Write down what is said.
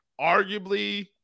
arguably